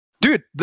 Dude